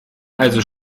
also